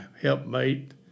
helpmate